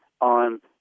on